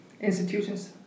institutions